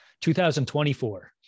2024